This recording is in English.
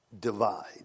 divide